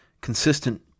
consistent